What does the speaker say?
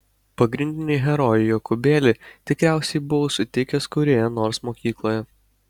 pagrindinį herojų jokūbėlį tikriausiai buvau sutikęs kurioje nors mokykloje